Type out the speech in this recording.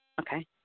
Okay